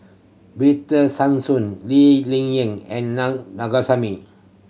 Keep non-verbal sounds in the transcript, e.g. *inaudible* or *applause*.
Victor Sassoon Lee Ling Yen and Nan *unintelligible*